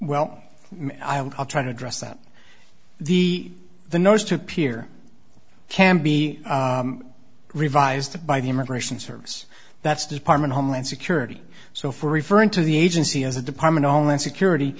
well i'll try to dress up the the nurse to appear can be revised by the immigration service that's department homeland security so for referring to the agency as the department of homeland security